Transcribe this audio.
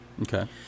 okay